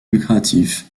lucratif